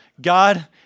God